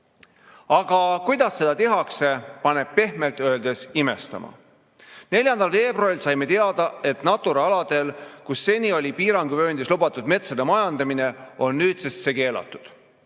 see, kuidas seda tehakse, paneb pehmelt öeldes imestama. 4. veebruaril saime teada, et Natura aladel, kus seni oli piiranguvööndis lubatud metsade majandamine, on nüüdsest see keelatud.